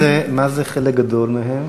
מה זה "חלק גדול מהם"?